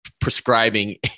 prescribing